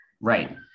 Right